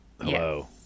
Hello